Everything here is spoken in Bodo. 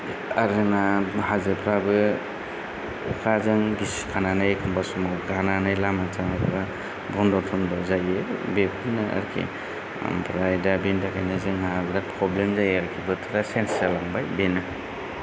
आरो जोंना हाजोफ्राबो अखाजों गिसि खानानै एखमब्ला समाव गानानै लामा सामाफ्रा बन्द' थन्द' जायो बेफोरनो आरोखि आमफ्राय दा बेनि थाखायनो जोंहा बिराद प्रब्लेम जायो आरोखि बोथोरा चेन्स जालांबाय बेनो